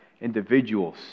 individuals